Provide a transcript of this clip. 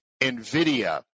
NVIDIA